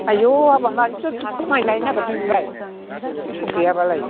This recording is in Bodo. आययौ हाबाब मानोथो बङाइगाव नायनो नागिरदों नोंलाय फैसा गैयाबालाय